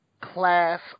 class